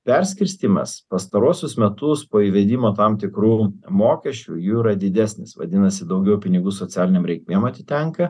perskirstymas pastaruosius metus po įvedimo tam tikrų mokesčių jų yra didesnis vadinasi daugiau pinigų socialinėm reikmėm atitenka